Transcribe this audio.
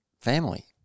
family